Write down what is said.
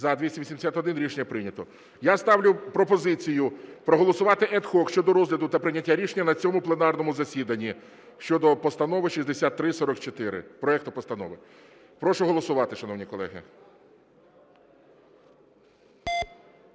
За-281 Рішення прийнято. Я ставлю пропозицію проголосувати ad hoc щодо розгляду та прийняття рішення на цьому пленарному засіданні щодо Постанови 6344, проекту постанови. Прошу голосувати, шановні колеги.